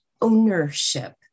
ownership